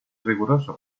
riguroso